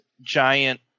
giant